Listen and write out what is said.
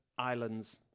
Islands